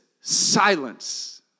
silence